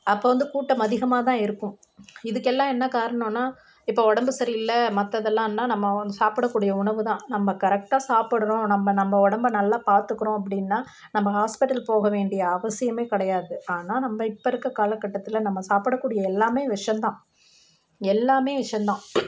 அப்போ வந்து கூட்டம் அதிகமாக தான் இருக்கும் இதுக்கெல்லாம் என்ன காரணன்னால் இப்போ உடம்பு சரியில்லை மற்றதெல்லான்னா நம்ம சாப்பிடக்கூடிய உணவு தான் நம்ம கரெக்டாக சாப்பிட்றோம் நம்ம நம்ம உடம்ப நல்லா பார்த்துக்குறோம் அப்படின்னா நம்ம ஹாஸ்பிட்டல் போக வேண்டிய அவசியம் கிடையாது ஆனால் நம்ம இப்போ இருக்கற கால கட்டத்தில் நம்ம சாப்பிடக்கூடிய எல்லாம் விஷம் தான் எல்லாமே விஷம் தான்